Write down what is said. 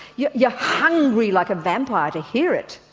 yet you're hungry like a vampire to hear it.